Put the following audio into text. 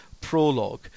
Prologue